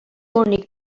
únic